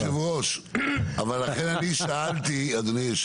אדוני יושב הראש, לכן אני שאלתי.